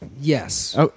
Yes